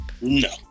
No